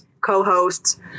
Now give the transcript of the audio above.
co-hosts